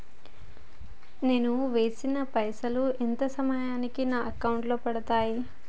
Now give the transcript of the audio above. నేను వేసిన పైసలు ఎంత సమయానికి నా అకౌంట్ లో పడతాయి?